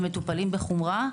ומטופלים בחומרה,